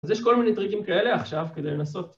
‫אז יש כל מיני טריקים כאלה עכשיו ‫כדי לנסות.